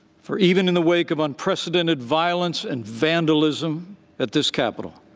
for even in the wake of unprecedented violence and vandalism at this capital.